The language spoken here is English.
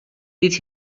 did